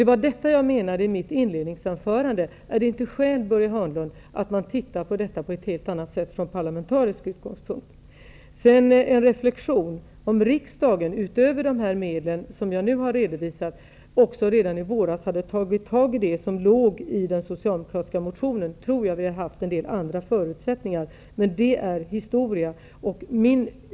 Det var det jag menade i mitt inledningsanförande: Är det inte skäl, Börje Hörnlund, att man tittar på detta på ett helt annat sätt från parlamentarisk utgångspunkt? Jag gjorde en reflexion: Om riksdagen i våras, utöver att bevilja de medel som jag har nämnt, också hade tagit tag i det som föreslogs i den socialdemokratiska motionen, tror jag att förutsättningarna hade varit bättre. Men det är historia.